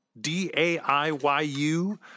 D-A-I-Y-U